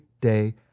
day